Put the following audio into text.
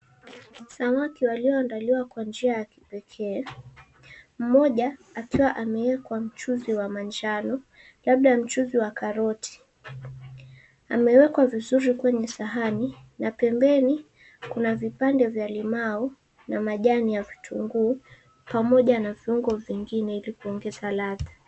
Samaki walio andaliwa kwa njia ya kipekee. Mmoja akiwa amewekwa mchuzi wa manjano, labda mchuzi wa karoti. Amewekwa vizuri kwenye sahani, na pembeni kuna vipande vya limau na majani ya vitungu, pamoja na viungo vingine ili kuongeza ladha.